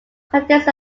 contains